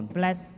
bless